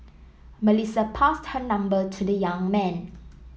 Melissa passed her number to the young man